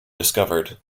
discovered